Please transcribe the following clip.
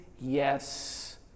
yes